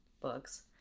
books